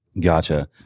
Gotcha